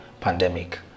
pandemic